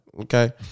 okay